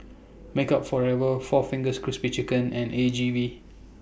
Makeup Forever four Fingers Crispy Chicken and A G V